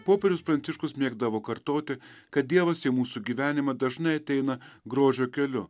popiežius pranciškus mėgdavo kartoti kad dievas į mūsų gyvenimą dažnai ateina grožio keliu